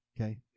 Okay